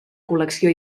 col·lecció